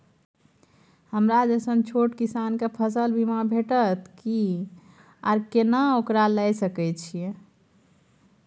हमरा जैसन छोट किसान के फसल बीमा भेटत कि आर केना ओकरा लैय सकैय छि?